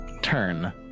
turn